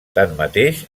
tanmateix